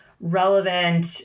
relevant